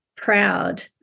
proud